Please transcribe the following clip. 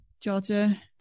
Georgia